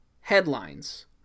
headlines